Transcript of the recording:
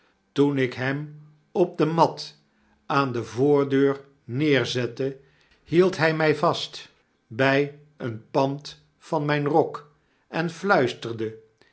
toen ik hem op de mat aan de voordeur neerzette hield hy my vast bij een pand van mijn rok en liuisterde